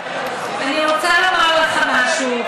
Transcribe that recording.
אני רוצה לומר לך משהו,